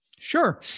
Sure